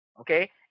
Okay